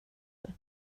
det